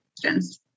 questions